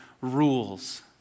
rules